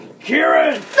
Kieran